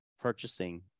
purchasing